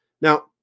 Now